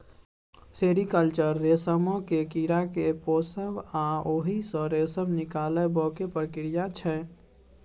sericulture रेशमक कीड़ा केँ पोसब आ ओहि सँ रेशम निकालबाक प्रक्रिया छै